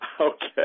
Okay